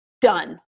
Done